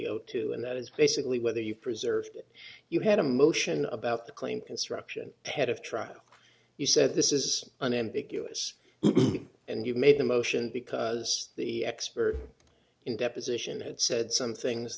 zero two and that is basically whether you preserve it you had a motion about the claim construction ahead of trial you said this is unambiguous and you made a motion because the expert in deposition had said some things